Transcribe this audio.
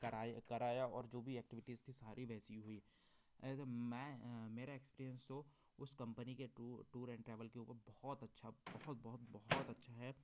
कराए कराया और जो भी एक्टिविटीज़ थी सारी वैसी हुई एज़ अ मै मेरा एक्सपीरियंस हो उस कंपनी के टूर टूर एंड ट्रेवल के बहुत अच्छा बहुत बहुत बहुत अच्छा है